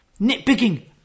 nitpicking